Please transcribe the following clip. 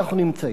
נמצאים.